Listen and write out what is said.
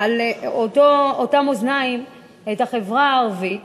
על אותם מאזניים את החברה הערבית